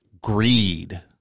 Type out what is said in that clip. Greed